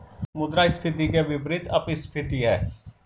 मुद्रास्फीति के विपरीत अपस्फीति है